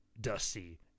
Dusty